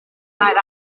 night